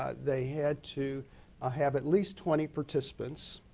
ah they had to ah have at least twenty participants.